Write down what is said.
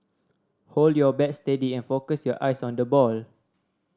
hold your bat steady and focus your eyes on the ball